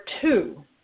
two